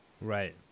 Right